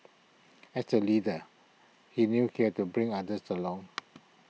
as A leader he knew he had to bring others along